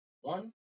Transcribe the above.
one